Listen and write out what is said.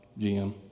GM